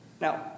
Now